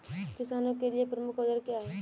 किसानों के लिए प्रमुख औजार क्या हैं?